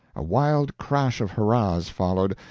a wild crash of hurrahs followed,